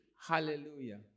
Hallelujah